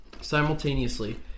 simultaneously